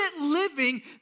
living